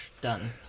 done